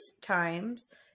times